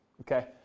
okay